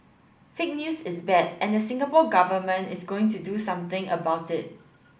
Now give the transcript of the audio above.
fake news is bad and the Singapore Government is going to do something about it